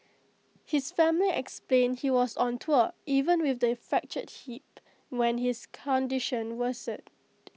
his family explained he was on tour even with the fractured hip when his condition worsened